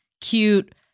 cute